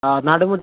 ആ നടുമുറ്റം